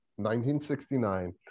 1969